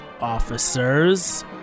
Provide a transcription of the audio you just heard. officers